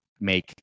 make